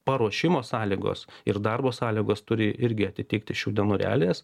paruošimo sąlygos ir darbo sąlygos turi irgi atitikti šių dienų realijas